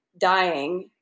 dying